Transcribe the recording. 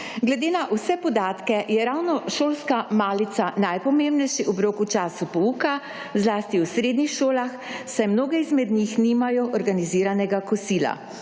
Glede na vse podatke je ravno šolska malica najpomembnejši obrok v času pouka zlasti v srednjih šolah, saj mnoge izmed njih nimajo organiziranega kosila.